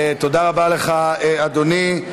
תודה רבה לך, אדוני.